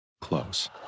Close